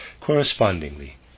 Correspondingly